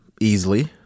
easily